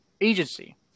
agency